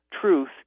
truth